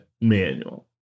manual